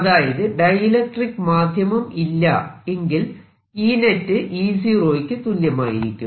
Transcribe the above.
അതായത് ഡൈഇലക്ട്രിക്ക് മാധ്യമം ഇല്ല എങ്കിൽ Enet E0 യ്ക്ക് തുല്യമായിരിക്കും